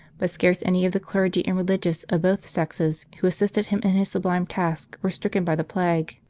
but scarce any of the clergy and religious of both sexes who assisted him in his sublime task were stricken by the plague.